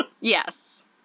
Yes